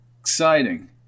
exciting